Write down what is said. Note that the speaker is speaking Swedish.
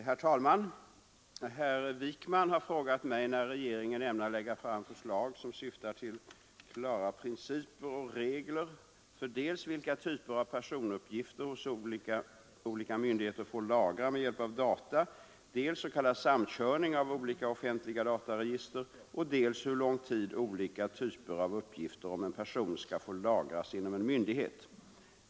Herr talman! Herr Wijkman har frågat mig när regeringen ämnar lägga fram förslag som syftar till klara principer och regler för dels vilka typer av personuppgifter olika myndigheter får lagra med hjälp av data, dels s.k. samkörning av olika offentliga dataregister och dels hur lång tid olika typer av uppgifter om en person skall få lagras inom en myndighet.